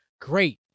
Great